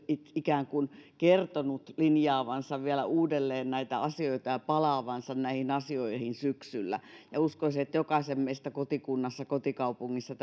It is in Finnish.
ikään kuin kertonut linjaavansa vielä uudelleen näitä asioita ja palaavansa näihin asioihin syksyllä uskoisin että jokaisen meidän kotikunnassa kotikaupungissa